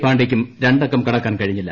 പാണ്ഡേയ്ക്കും രണ്ടക്കം കടക്കാൻ കഴിഞ്ഞില്ല